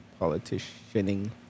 politicianing